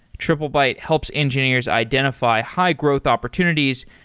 triplebyte helps engineers identify high-growth opportunities,